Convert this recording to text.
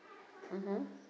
mmhmm